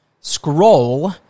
Scroll